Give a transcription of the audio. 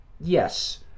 yes